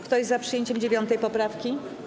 Kto jest za przyjęciem 9. poprawki?